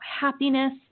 happiness